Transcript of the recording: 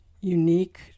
unique